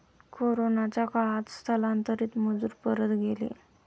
कोरोनाच्या काळात स्थलांतरित मजूर परत गेले